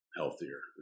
healthier